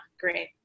Great